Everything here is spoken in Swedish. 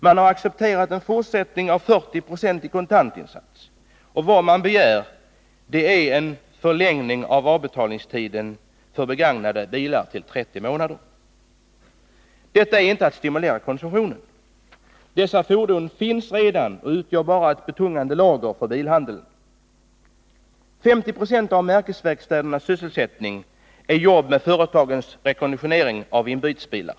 Man har accepterat en fortsättning av den 40-procentiga kontantinsatsen. Vad som begärs är en förlängning av tiden för avbetalning till 30 månader när det gäller begagnade bilar. Detta är inte att stimulera konsumtionen. Dessa fordon finns redan och utgör bara ett betungande lager för bilhandeln. 50 96 av märkesverkstädernas sysselsättning gäller arbete med företagens rekonditionering av inbytesbilar.